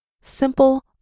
Simple